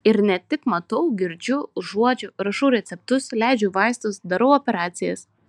ir ne tik matau girdžiu užuodžiu rašau receptus leidžiu vaistus darau operacijas